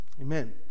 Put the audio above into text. Amen